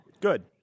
Good